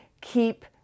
keep